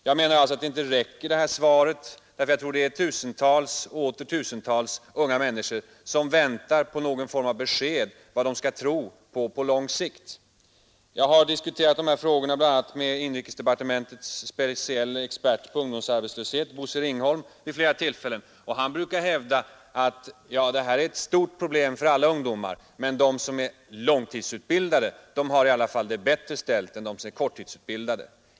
Jag menar alltså att det här svaret inte räcker därför att jag tror att det är tusentals och åter tusentals unga människor som väntar på någon form av besked om vad de skall tro på på lång sikt. Jag har diskuterat de här frågorna bl.a. med inrikesdepartementets specielle expert på ungdomsarbetslöshet, Bosse Ringholm, vid flera tillfällen, och han brukar hävda att det här är ett stort problem för alla ungdomar, men de som är långtidsutbildade har det i alla fall bättre ställt än de som är korttidsutbildade.